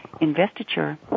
investiture